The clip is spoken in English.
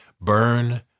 burn